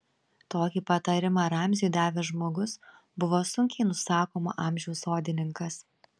tokį patarimą ramziui davęs žmogus buvo sunkiai nusakomo amžiaus sodininkas